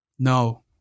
No